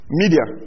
media